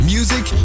Music